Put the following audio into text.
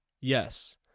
Yes